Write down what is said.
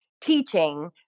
teaching